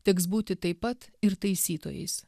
teks būti taip pat ir taisytojais